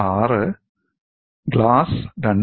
6 glass 2